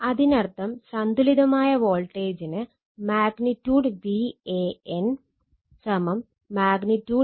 അതിനർത്ഥം സന്തുലിതമായ വോൾട്ടേജിന് |Van| |Vbn| |Vcn|